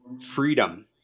freedom